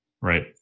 right